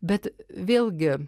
bet vėlgi